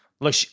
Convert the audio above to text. look